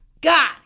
God